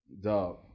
Dog